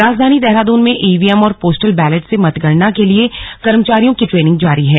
राजधानी देहरादून में ईवीएम और पोस्टल बैलेट से मतगणना के लिए कर्मचारियों की ट्रेनिंग जारी है